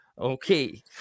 Okay